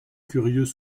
curieux